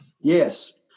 Yes